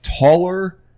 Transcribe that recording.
taller